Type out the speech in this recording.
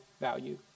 value